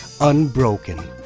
Unbroken